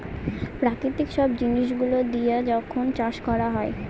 প্রাকৃতিক সব জিনিস গুলো দিয়া যখন চাষ করা হয়